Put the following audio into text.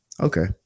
okay